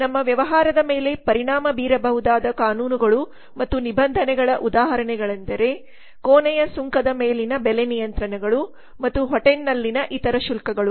ನಮ್ಮ ವ್ಯವಹಾರದ ಮೇಲೆ ಪರಿಣಾಮ ಬೀರಬಹುದಾದ ಕಾನೂನುಗಳು ಮತ್ತು ನಿಬಂಧನೆಗಳ ಉದಾಹರಣೆಗಳೆಂದರೆ ಕೋಣೆಯ ಸುಂಕದ ಮೇಲಿನ ಬೆಲೆ ನಿಯಂತ್ರಣಗಳು ಮತ್ತು ಹೋಟೆಲ್ನಲ್ಲಿನ ಇತರ ಶುಲ್ಕಗಳು